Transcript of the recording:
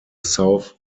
south